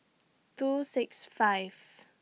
two six five